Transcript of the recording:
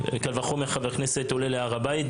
קל וחומר חבר כנסת עולה להר הבית,